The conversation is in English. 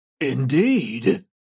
Indeed